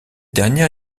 dernière